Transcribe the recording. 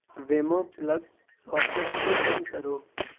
ویمو plug socket کو بند کرو